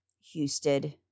Houston